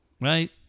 right